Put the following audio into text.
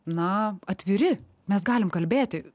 na atviri mes galim kalbėti